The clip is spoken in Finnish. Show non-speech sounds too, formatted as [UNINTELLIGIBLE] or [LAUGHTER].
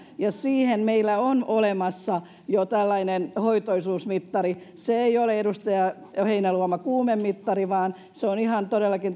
ja siihen meillä on olemassa jo tällainen hoitoisuusmittari se ei ole edustaja heinäluoma kuumemittari vaan se on ihan todellakin [UNINTELLIGIBLE]